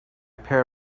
pair